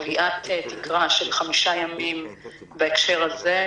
קביעת תקרה של חמישה ימים בהקשר הזה,